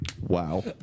Wow